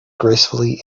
gracefully